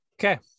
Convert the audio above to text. Okay